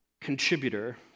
contributor